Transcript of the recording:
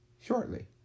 shortly